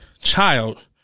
child